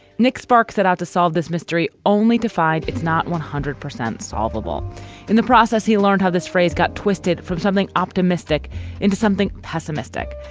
nick sparks set out to solve this mystery, only to find it's not one hundred percent solvable in the process. he learned how this phrase got twisted from something optimistic into something pessimistic.